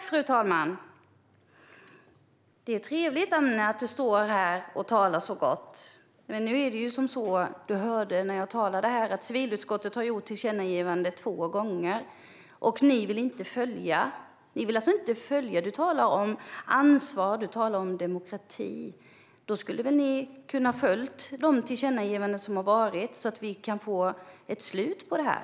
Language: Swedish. Fru talman! Det är trevligt, Amne, att du står här och talar så gott. Men nu är det så, vilket du hörde när jag talade, att civilutskottet har lämnat två tillkännanden, och ni vill inte följa dessa. Du talar om ansvar och demokrati. Då borde ni väl ha kunnat följa de tillkännagivanden som lämnats, så att vi kan få ett slut på detta?